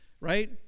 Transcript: right